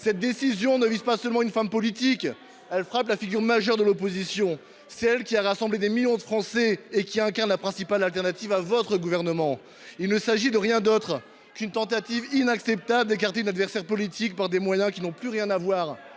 Cette décision ne vise pas seulement une femme politique : elle frappe la figure majeure de l’opposition, celle qui a rassemblé des millions de Français et qui incarne la principale alternative à votre gouvernement. Rendez l’argent ! Il ne s’agit de rien d’autre que d’une tentative inacceptable d’écarter une adversaire politique par des moyens qui n’ont plus rien à voir